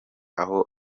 aho